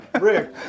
Rick